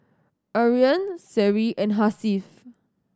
Aryan Seri and Hasif